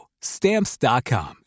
Stamps.com